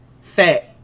fat